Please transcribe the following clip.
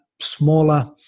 smaller